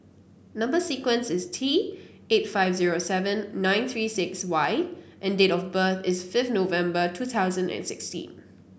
number sequence is T eight five zero seven nine three six Y and date of birth is fifth November two thousand and sixteen